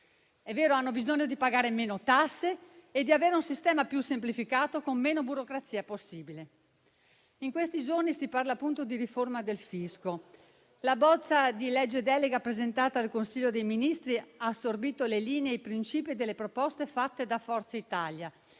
è vero - hanno bisogno di pagare meno tasse e di avere un sistema semplificato, con meno burocrazia possibile. In questi giorni si parla di riforma del fisco. La bozza di legge delega presentata al Consiglio dei ministri ha assorbito le linee e i principi delle proposte fatte da Forza Italia